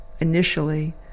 initially